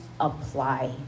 apply